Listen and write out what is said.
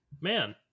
man